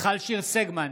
מיכל שיר סגמן,